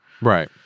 Right